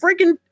freaking